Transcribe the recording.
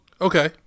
Okay